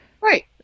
Right